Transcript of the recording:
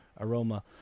aroma